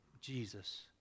Jesus